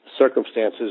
circumstances